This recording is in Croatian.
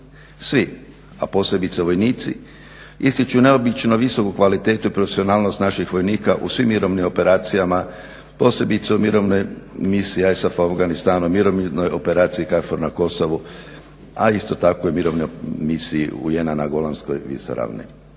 Svi, a posebice vojnici ističu neobično visoku kvalitetu i profesionalnost naših vojnika u svim mirovnim operacijama, posebice u mirovnoj misiji AJSAF-a u Afganistanu, mirovnoj operaciji KAJFOR na Kosovu, a isto tako i Mirovnoj misiji UN-a na Golanskoj visoravni.